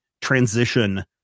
transition